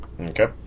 Okay